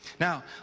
Now